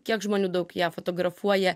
kiek žmonių daug ją fotografuoja